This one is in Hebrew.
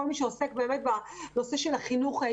כל מי שעוסק בנושא של החינוך,